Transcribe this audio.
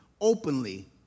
openly